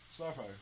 Starfire